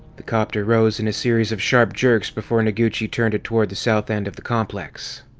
the copter rose in a series of sharp jerks before noguchi turned it toward the south end of the complex.